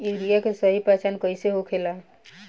Urea के सही पहचान कईसे होखेला?